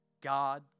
God